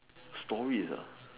stories ah